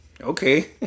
okay